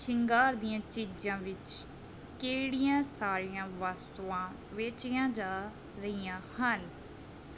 ਸ਼ਿੰਗਾਰ ਦੀਆਂ ਚੀਜ਼ਾਂ ਵਿੱਚ ਕਿਹੜੀਆਂ ਸਾਰੀਆਂ ਵਸਤੂਆਂ ਵੇਚੀਆਂ ਜਾ ਰਹੀਆਂ ਹਨ